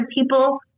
people